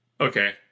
Okay